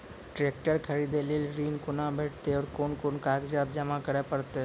Tractor खरीदै लेल ऋण कुना भेंटते और कुन कुन कागजात जमा करै परतै?